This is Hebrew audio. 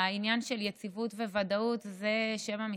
העניין של יציבות וודאות זה שם המשחק.